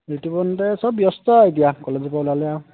ঋতুপৰ্নহেঁতে চব ব্যস্ত আৰু এতিয়া কলেজৰপৰা ওলালে আৰু